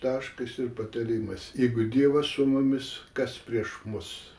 taškas ir patarimas jeigu dievas su mumis kas prieš mus